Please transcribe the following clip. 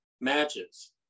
matches